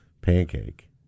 pancake